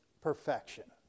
perfection